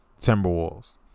Timberwolves